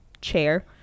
chair